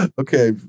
okay